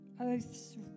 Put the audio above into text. oaths